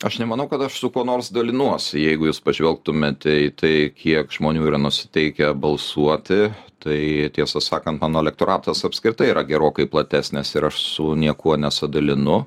aš nemanau kad aš su kuo nors dalinuosi jeigu jūs pažvelgtumėte į tai kiek žmonių yra nusiteikę balsuoti tai tiesą sakant mano elektoratas apskritai yra gerokai platesnis ir aš su niekuo nesidalinu